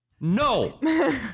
No